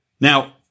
Now